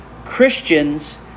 Christians